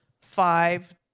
five